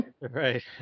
right